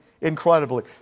incredibly